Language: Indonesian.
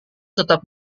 tetap